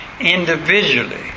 individually